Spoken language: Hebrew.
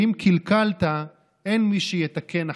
שאם קלקלת, אין מי שיתקן אחריך".